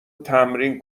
تمرین